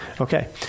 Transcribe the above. Okay